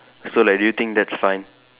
so like do you think that's fine